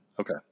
Okay